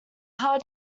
hard